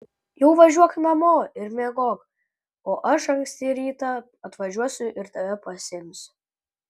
jau važiuok namo ir miegok o aš anksti rytą atvažiuosiu ir tave pasiimsiu